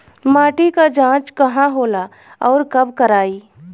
माटी क जांच कहाँ होला अउर कब कराई?